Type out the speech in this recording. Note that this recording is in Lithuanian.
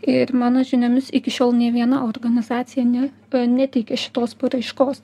ir mano žiniomis iki šiol nei viena organizacija ne neteikė šitos paraiškos